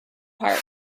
park